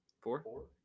Four